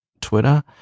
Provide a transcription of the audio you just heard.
Twitter